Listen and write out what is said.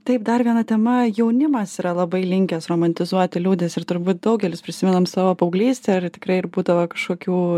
taip dar viena tema jaunimas yra labai linkęs romantizuoti liūdesį ir turbūt daugelis prisimenam savo paauglystę ir tikrai ir būdavo kažkokių